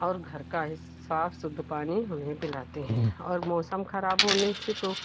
और घर का ही साफ़ शुद्ध पानी उन्हें पिलाते हैं और मौसम खराब होने से